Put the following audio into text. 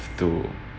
to